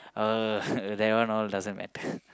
uh that one all doesn't matter